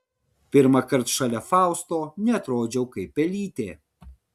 pirmąkart šalia fausto neatrodžiau kaip pelytė